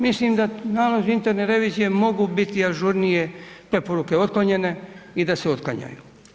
Mislim da nalazi interne revizije mogu biti ažurnije preporuke otklonjene i da se otklanjaju.